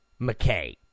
McKay